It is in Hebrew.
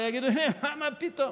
ויגידו: מה פתאום,